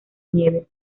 nieves